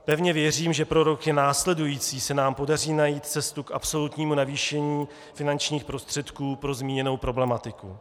Pevně věřím, že pro roky následující se nám podaří najít cestu k absolutnímu navýšení finančních prostředků pro zmíněnou problematiku.